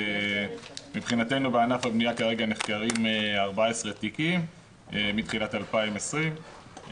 מבחינתנו בענף הבנייה כרגע נחקרים 14 תיקים מתחילת 2020,